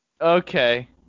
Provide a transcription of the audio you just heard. Okay